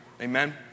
Amen